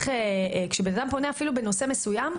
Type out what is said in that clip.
אפילו בנושא מסוים,